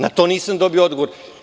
Na to nisam dobio odgovor.